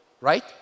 Right